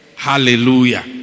Hallelujah